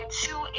two